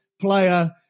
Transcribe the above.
player